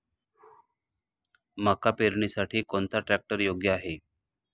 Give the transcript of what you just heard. मका पेरणीसाठी कोणता ट्रॅक्टर योग्य आहे?